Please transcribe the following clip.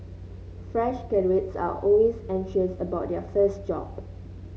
fresh graduates are always anxious about their first job